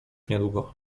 niedługo